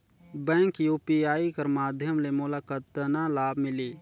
Bank UPI कर माध्यम ले मोला कतना लाभ मिली?